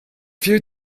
few